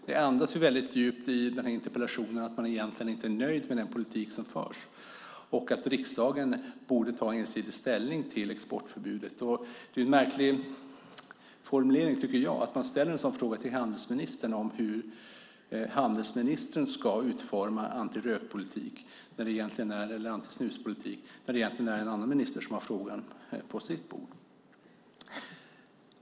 Det andas väldigt djupt i den här interpellationen att man egentligen inte är nöjd med den politik som förs och att riksdagen borde ta ensidig ställning till exportförbudet. Det är märkligt, tycker jag, att man ställer frågan till handelsministern hur handelsministern ska utforma antisnuspolitiken när det egentligen är en annan minister som har frågan på sitt bord.